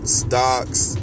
stocks